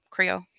Creo